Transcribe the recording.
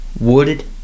wooded